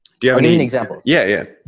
yeah and an example. yeah.